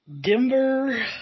Denver